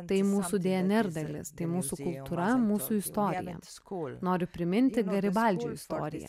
tai mūsų dnr dalis tai mūsų kultūra mūsų istorija noriu priminti garibaldžio istoriją